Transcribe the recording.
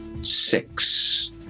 six